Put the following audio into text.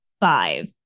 five